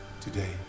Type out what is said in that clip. Today